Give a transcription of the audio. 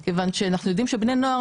כיוון שאנחנו יודעים שבני נוער,